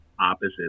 opposite